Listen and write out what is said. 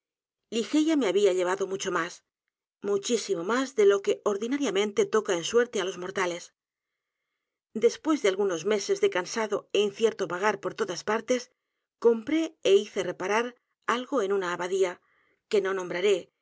ligeia me había llevado mucho más muchísimo más de lo que ordinariamente toca en suerte á los mortales después de algunos meses de cansado é incierto vagar por todas partes compré é hice r e p a rar algo una abadía que no nombraré